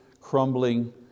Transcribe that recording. crumbling